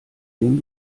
dem